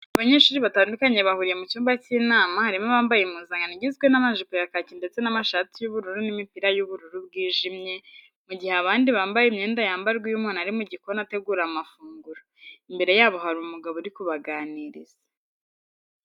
Abanyeshuri batandukanye bahuriye mu cyumba cy'inama harimo abambaye impuzankano igizwe n'amajipo ya kaki ndetse n'amashati y'ubururu n'imipira y'ubururu bwijimye, mu gihe abandi bambaye imyenda yambarwa iyo umuntu ari mu gikoni ategura amafunguro. Imbere yabo hari umugabo uri kubaganiriza.